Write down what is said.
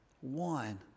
one